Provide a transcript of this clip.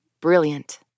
Brilliant